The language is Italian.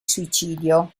suicidio